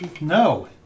No